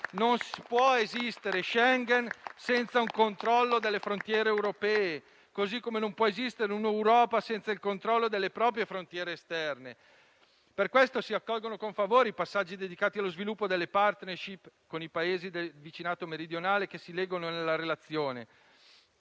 Non può esistere Schengen senza un controllo delle frontiere europee, così come non può esistere un'Europa senza il controllo delle proprie frontiere esterne. Per questo si accolgono con favore i passaggi dedicati allo sviluppo delle *partnership* con i Paesi del vicinato meridionale, che si leggono nella relazione.